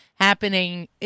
happening